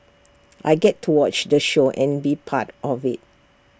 I get to watch the show and be part of IT